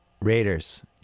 Raiders